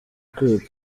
kwiga